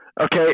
Okay